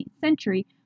century